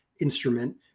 instrument